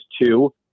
two